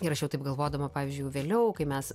ir aš jau taip galvodama pavyzdžiui jau vėliau kai mes